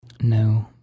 No